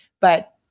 But-